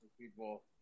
people